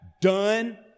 done